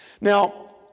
Now